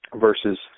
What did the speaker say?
versus